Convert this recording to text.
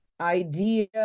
idea